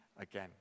again